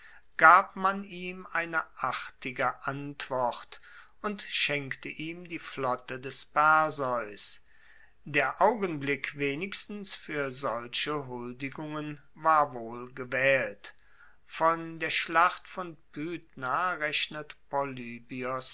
gab man ihm eine artige antwort und schenkte ihm die flotte des perseus der augenblick wenigstens fuer solche huldigungen war wohlgewaehlt von der schlacht von pydna rechnet polybios